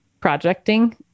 projecting